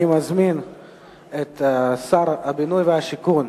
אני מזמין את שר הבינוי והשיכון,